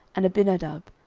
and abinadab,